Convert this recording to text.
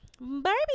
Barbie